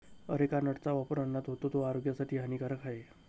areca नटचा वापर अन्नात होतो, तो आरोग्यासाठी हानिकारक आहे